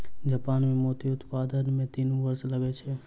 Japan मे मोती उत्पादन मे तीन वर्ष लगै छै